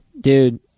Dude